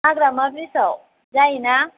हाग्रामा ब्रिदजाव जायोना